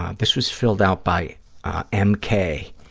ah this was filled out by m. k.